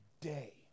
day